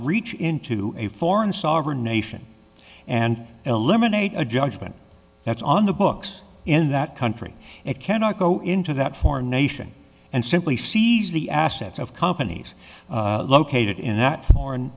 reach into a foreign sovereign nation and eliminate a judgment that's on the books in that country it cannot go into that foreign nation and simply seize the assets of companies located in that foreign